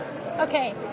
okay